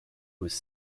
was